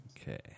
Okay